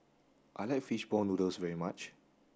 I like fish ball noodles very much